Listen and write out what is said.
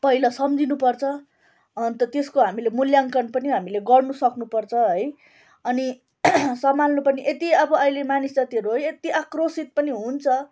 पहिला सम्झिनुपर्छ अन्त त्यसको हामीले मुल्याङ्कन पनि हामीले गर्नु सक्नुपर्छ है अनि सम्हाल्नु पनि यति अब अहिले मानिस जातिहरू है यति आक्रोशित पनि हुन्छ